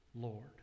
lord